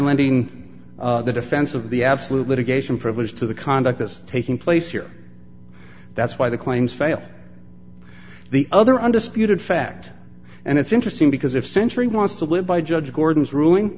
lending the defense of the absolute litigation privilege to the conduct this taking place here that's why the claims fail the other undisputed fact and it's interesting because if century wants to live by judge gordon's ruling